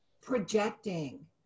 projecting